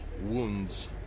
wounds